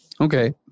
Okay